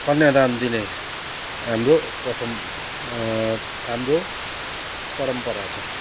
कन्यादान दिने हाम्रो प्रथम हाम्रो परम्परा छ